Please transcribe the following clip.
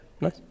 Nice